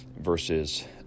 versus